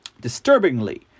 Disturbingly